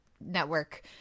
network